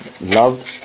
loved